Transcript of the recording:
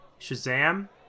shazam